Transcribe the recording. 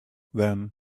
then